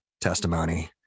testimony